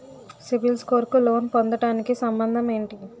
CIBIL score కు loan పొందటానికి సంబంధం ఏంటి?